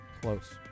close